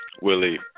Willie